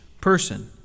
person